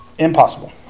Impossible